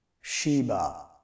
Sheba